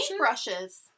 paintbrushes